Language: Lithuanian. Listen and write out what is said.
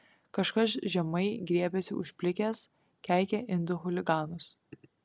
kažkas žemai griebiasi už plikės keikia indų chuliganus